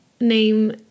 name